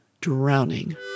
drowning